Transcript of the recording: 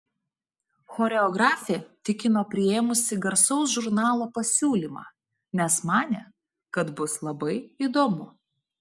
choreografė tikino priėmusi garsaus žurnalo pasiūlymą nes manė kad bus labai įdomu